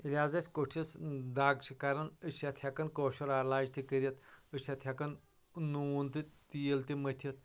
ییٚلہِ حظ اَسِہ کوٚٹھِس دگ چھِ کَران أسۍ چھِ اَتھ ہٮ۪کان کٲشُر علاج تہِ کٔرِتھ أسۍ چھِ اَتھ ہٮ۪کان نوٗن تہٕ تیٖل تہِ مٔتِتھ